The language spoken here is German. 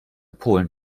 polen